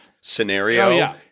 scenario